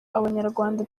abanyarwanda